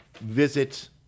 visit